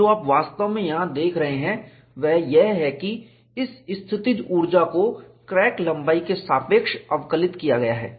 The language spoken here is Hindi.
और जो आप वास्तव में यहां देख रहे हैं वह यह है कि इस स्थितिज ऊर्जा को क्रैक लम्बाई के सापेक्ष अवकलित किया गया है